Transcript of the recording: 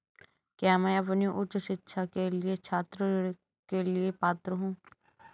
क्या मैं अपनी उच्च शिक्षा के लिए छात्र ऋण के लिए पात्र हूँ?